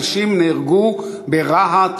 אנשים נהרגו ברהט,